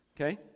Okay